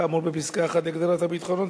כאמור בפסקה (1) להגדרת הביטחונות,